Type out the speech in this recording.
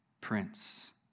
Prince